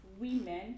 women